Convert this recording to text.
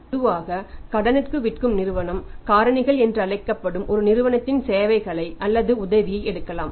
பொதுவாக கடனுக்கு விற்கும் நிறுவனம் காரணிகள் என்று அழைக்கப்படும் ஒரு நிறுவனத்தின் சேவைகளை அல்லது உதவியை எடுக்கலாம்